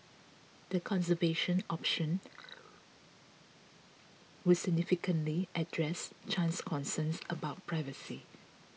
the conservation option would significantly address Chan's concerns about privacy